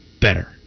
better